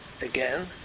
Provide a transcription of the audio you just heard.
again